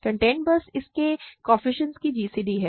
content बस इसके coefficients की GCD है